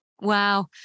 Wow